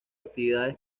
actividades